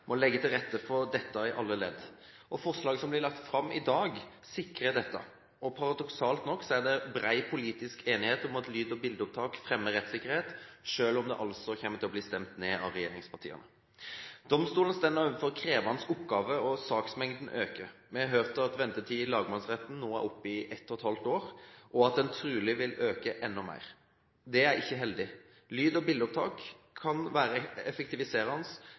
må legge til rette for dette i alle ledd. Forslaget som blir lagt fram i dag, sikrer dette. Paradoksalt nok er det bred politisk enighet om at lyd- og bildeopptak fremmer rettssikkerhet, selv om det altså kommer til å bli stemt ned av regjeringspartiene. Domstolen står overfor krevende oppgaver, og saksmengden øker. Vi har hørt at ventetiden i lagmannsretten nå er oppe i halvannet år, og at den trolig vil øke enda mer. Det er ikke heldig. Lyd- og bildeopptak kan